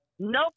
No